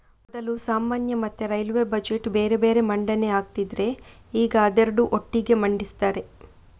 ಮೊದಲು ಸಾಮಾನ್ಯ ಮತ್ತೆ ರೈಲ್ವೇ ಬಜೆಟ್ ಬೇರೆ ಬೇರೆ ಮಂಡನೆ ಆಗ್ತಿದ್ರೆ ಈಗ ಅದೆರಡು ಒಟ್ಟಿಗೆ ಮಂಡಿಸ್ತಾರೆ